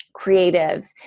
creatives